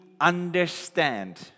understand